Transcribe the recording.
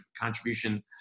contribution